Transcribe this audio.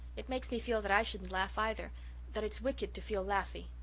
it makes me feel that i shouldn't laugh either that it's wicked to feel laughy.